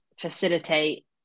facilitate